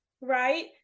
right